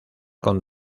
con